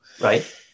right